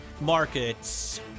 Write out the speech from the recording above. markets